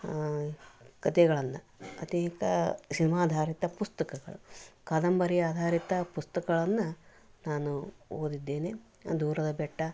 ಕಥೆಗಳನ್ನು ಅನೇಕ ಸಿನಿಮಾಧಾರಿತ ಪುಸ್ತಕಗಳು ಕಾದಂಬರಿ ಆಧಾರಿತ ಪುಸ್ತಕಗಳನ್ನು ನಾನು ಓದಿದ್ದೇನೆ ದೂರದ ಬೆಟ್ಟ